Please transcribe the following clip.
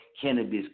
Cannabis